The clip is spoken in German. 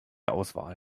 auswahl